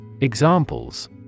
Examples